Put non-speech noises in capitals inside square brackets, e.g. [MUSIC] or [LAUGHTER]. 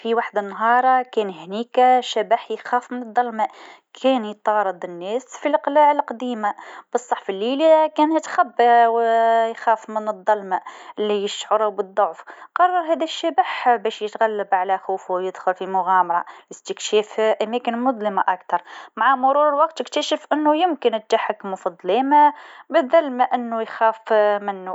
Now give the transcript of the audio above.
فما نهار [HESITATION] كان فمه [HESITATION] شبح يخاف من الظلمه كان يطارد الناس في القلاع القديمه لكن في الليل [HESITATION] كان يتخبا و [HESITATION] يخاف من الظلمه لي يشعر بالضعف، قرر الشبح هذاكا يتغلب على خوفو و يدخل في مغامره، استكشاف الأماكن المظلمه أكثر، مع مرور الوقت لكتشف انو ينجم يتحكم في الظلام [HESITATION] في عوض إنو يخاف [HESITATION] منو